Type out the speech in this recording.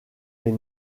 les